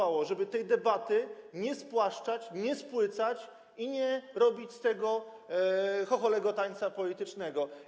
Chodzi o to, żeby tej debaty nie spłaszczać, nie spłycać i nie robić z tego chocholego tańca politycznego.